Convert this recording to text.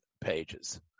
pages